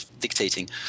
dictating